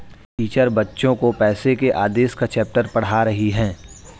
teacher बच्चो को पैसे के आदेश का चैप्टर पढ़ा रही हैं